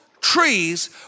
trees